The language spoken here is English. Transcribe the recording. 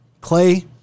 Clay